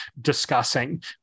discussing